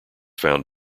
found